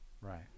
Right